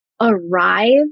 arrive